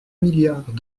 milliards